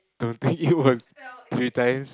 don't think it was three times